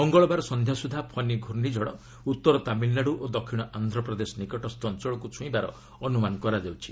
ମଙ୍ଗଳବାର ସନ୍ଧ୍ୟା ସୁଦ୍ଧା ଫନି ଘ୍ରର୍ଷିଝଡ଼ ଉତ୍ତର ତାମିଲନାଡ଼ୁ ଓ ଦକ୍ଷିଣ ଆନ୍ଧ୍ରପ୍ରଦେଶ ନିକଟସ୍ଥ ଅଞ୍ଚଳକୁ ଛୁଇଁବାର ଅନୁମାନ କରାଯାଉଛି